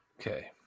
Okay